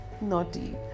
naughty